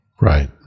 Right